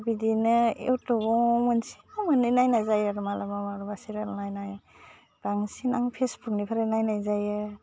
बिदिनो एवटुबाव मोनसे बा मोननै नायनाय जायो आरो मालाबा मालाबा सिरियाल नायनाय बांसिन आं फेसबुकनिफ्राय नायनाय जायो